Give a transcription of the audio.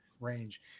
range